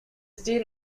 still